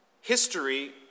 History